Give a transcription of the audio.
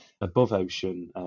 above-ocean